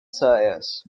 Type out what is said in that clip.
celles